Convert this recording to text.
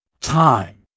Time